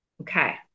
okay